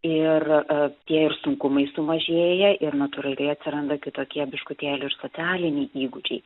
ir a tie ir sunkumai sumažėja ir natūraliai atsiranda kitokie biškutėlį ir socialiniai įgūdžiai